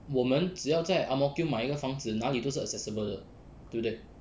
我们只要在 ang mo kio 买一个房子哪里都是 accessible 的对不对